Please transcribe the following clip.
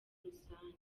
rusange